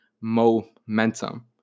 momentum